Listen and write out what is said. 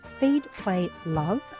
feedplaylove